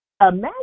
imagine